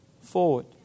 forward